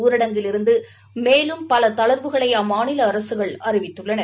ஊரடங்கிலிருந்து மேலும் பல தளர்வுகளை அம்மாநில அரசுகள் அறிவித்துள்ளன